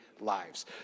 lives